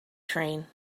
train